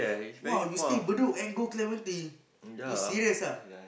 !wow! you stay Bedok and you go Clementi you serious ah